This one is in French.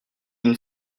une